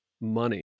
money